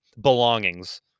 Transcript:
belongings